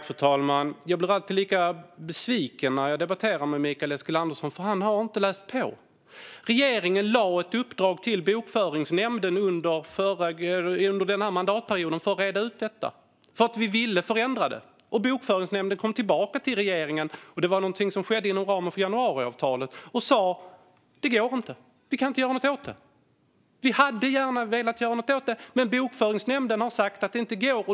Fru talman! Jag blir alltid lika besviken när jag debatterar med Mikael Eskilandersson, för han har inte läst på. Regeringen gav ett uppdrag till Bokföringsnämnden under den här mandatperioden för att reda ut detta, för vi ville förändra det. Men Bokföringsnämnden kom tillbaka till regeringen - detta var något som skedde inom ramen för januariavtalet - och sa: Det går inte. Vi kan inte göra något åt det. Vi hade gärna velat göra något åt detta, men Bokföringsnämnden har sagt att det inte går.